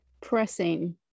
pressing